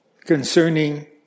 concerning